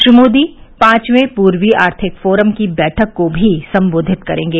श्री मोदी पांचवें पूर्वी आर्थिक फोरम की बैठक को भी सम्बोधित करेंगे